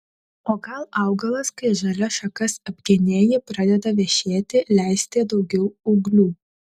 o gal augalas kai žalias šakas apgenėji pradeda vešėti leisti daugiau ūglių